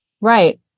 Right